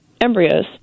embryos